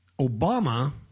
Obama